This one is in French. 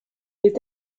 est